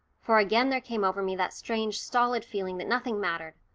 for again there came over me that strange stolid feeling that nothing mattered,